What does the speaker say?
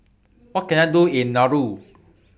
What Can I Do in Nauru